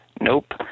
Nope